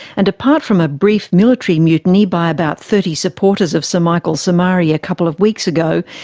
and apart from a brief military mutiny by about thirty supporters of sir michael somare a couple of weeks ago,